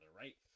right